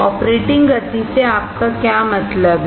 operating गति से आपका क्या मतलब है